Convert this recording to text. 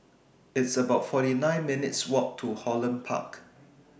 It's about forty nine minutes' Walk to Holland Park